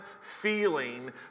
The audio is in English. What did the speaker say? feeling